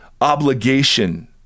obligation